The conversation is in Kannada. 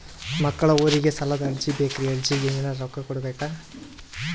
ಮಕ್ಕಳ ಓದಿಗಿ ಸಾಲದ ಅರ್ಜಿ ಬೇಕ್ರಿ ಅರ್ಜಿಗ ಎನರೆ ರೊಕ್ಕ ಕೊಡಬೇಕಾ?